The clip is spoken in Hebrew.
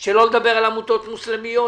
שלא לדבר על עמותות מוסלמיות.